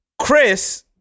Chris